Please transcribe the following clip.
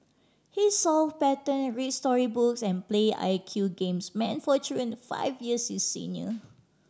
he solve pattern reads story books and play I Q games meant for children five years his senior